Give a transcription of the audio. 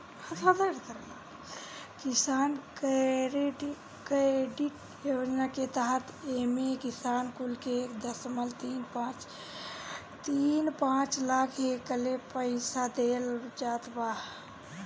किसान क्रेडिट योजना के तहत एमे किसान कुल के एक दशमलव तीन पाँच लाख तकले पईसा देहल जात हवे